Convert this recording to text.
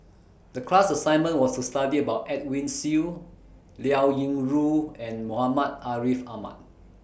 The class assignment was to study about Edwin Siew Liao Yingru and Muhammad Ariff Ahmad